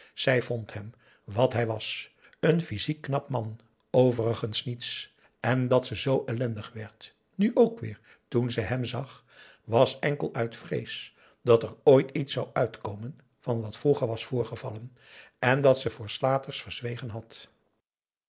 zij vond hem wat hij was een physiek knap man overigens niets en dat ze zoo ellendig werd nu ook weer toen ze hem zag was enkel uit vrees dat er ooit iets zou uitkomen van wat vroeger was voorgevallen en dat ze voor slaters verzwegen had